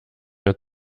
mehr